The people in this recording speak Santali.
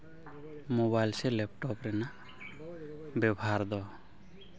ᱢᱳᱵᱟᱭᱤᱞ ᱥᱮ ᱞᱮᱯᱴᱚᱯ ᱨᱮᱱᱟᱜ ᱵᱮᱵᱷᱟᱨ ᱫᱚ